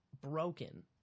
broken